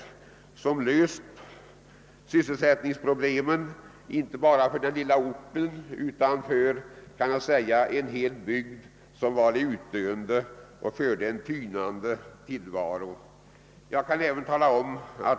Det har löst sysselsättningsproblemen inte bara för den lilla orten utan för en hel bygd som var stadd i utdöende och förde en tynande tillvaro.